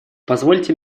позвольте